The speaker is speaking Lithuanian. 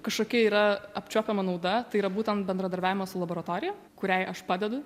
kažkokia yra apčiuopiama nauda tai yra būtent bendradarbiavimas su laboratorija kuriai aš padedu